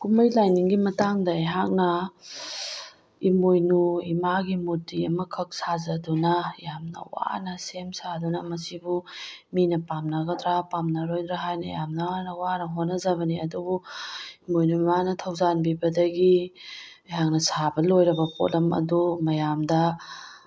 ꯀꯨꯝꯍꯩ ꯂꯥꯏꯅꯤꯡꯒꯤ ꯃꯇꯥꯡꯗ ꯑꯩꯍꯥꯛꯅ ꯏꯃꯣꯏꯅꯨ ꯏꯃꯥꯒꯤ ꯃꯨꯔꯇꯤ ꯑꯃꯈꯛ ꯁꯖꯗꯨꯅ ꯌꯥꯝꯅ ꯋꯥꯅ ꯁꯦꯝ ꯁꯥꯗꯨꯅ ꯃꯁꯤꯕꯨ ꯃꯤꯅ ꯄꯥꯝꯅꯒꯗ꯭ꯔ ꯄꯥꯝꯅꯔꯣꯏꯗ꯭ꯔ ꯍꯥꯏꯅ ꯌꯥꯝ ꯋꯥꯅ ꯋꯥꯅ ꯍꯣꯠꯅꯖꯕꯅꯤ ꯑꯗꯨꯕꯨ ꯏꯃꯣꯏꯅꯨ ꯏꯃꯥꯅ ꯊꯧꯖꯥꯟꯕꯤꯕꯗꯒꯤ ꯑꯩꯍꯥꯛꯅ ꯁꯥꯕ ꯂꯣꯏꯔꯒ ꯄꯣꯠ ꯑꯗꯣ ꯃꯌꯥꯝꯗ